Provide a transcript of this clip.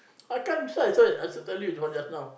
I can't und~ so I still also tell you what just now